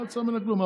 לא יצא ממנה כלום,